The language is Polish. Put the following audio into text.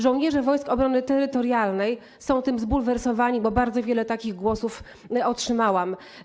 Żołnierze Wojsk Obrony Terytorialnej są tym zbulwersowani, bo bardzo wiele takich głosów otrzymałam.